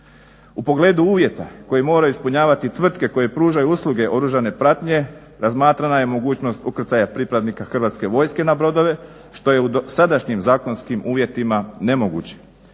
U pogledu uvjeta koje moraju ispunjavati tvrtke koje pružaju usluge oružane pratnje razmatrana je mogućnost ukrcaja pripadnika Hrvatske vojske na brodove što je u dosadašnjim zakonskim uvjetima nemoguće.